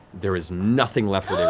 there is nothing left